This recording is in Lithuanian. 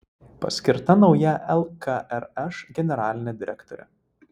paskirta nauja lkrš generalinė direktorė